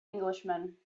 englishman